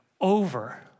over